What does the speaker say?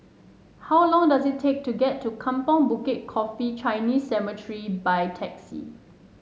how long does it take to get to Kampong Bukit Coffee Chinese Cemetery by taxi